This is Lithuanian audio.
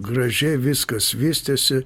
gražiai viskas vystėsi